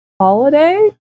holiday